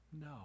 No